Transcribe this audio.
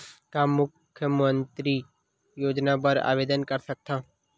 का मैं मुख्यमंतरी योजना बर आवेदन कर सकथव?